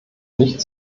nicht